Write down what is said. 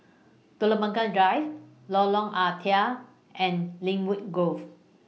Telok Blangah Drive Lorong Ah Thia and Lynwood Grove